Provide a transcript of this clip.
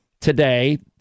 today